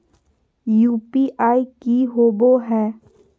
UPI की होबो है?